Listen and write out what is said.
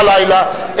בלילה,